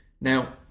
Now